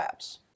apps